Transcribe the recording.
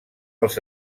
els